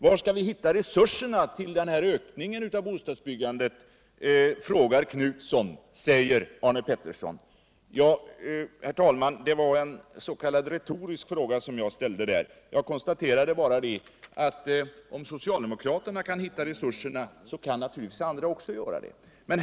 Göthe Knutson frågar var vi skall finna en ökning av resurserna, säger Arne Pettersson. Ja, herr talman, det var en retorisk fråga som jag ställde. Jag konstaterade bara att om socialdemokraterna kan finna resurserna, så kan naturligtvis också andra göra det.